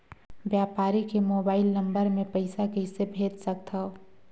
व्यापारी के mobile number मे पईसा कइसे भेज सकथव?